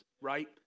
right